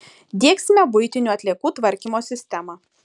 diegsime buitinių atliekų tvarkymo sistemą